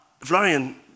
Florian